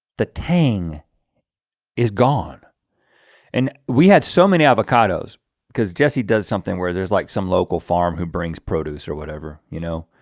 the tongue is gone and we had so many avocados because jesse does something where there's like some local farm who brings produce or whatever, you know.